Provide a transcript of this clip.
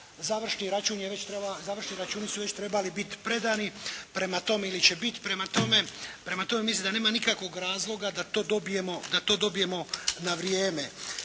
završni računi su već trebali biti predani, prema tome ili će biti. Prema tome, mislim da nema nikakvog razloga da to dobijemo na vrijeme.